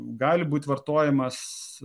gali būti vartojamas